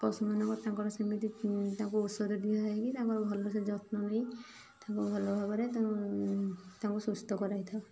ପଶୁମାନଙ୍କର ତାଙ୍କର ସେମିତି ତାଙ୍କୁ ଔଷଧ ଦିଆ ହେଇକି ତାଙ୍କର ଭଲ ସେ ଯତ୍ନ ନେଇ ତାଙ୍କୁ ଭଲ ଭାବରେ ତାଙ୍କୁ ତାଙ୍କୁ ସୁସ୍ଥ କରାଇଥାଉ